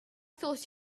thought